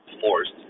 forced